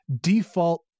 default